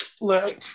look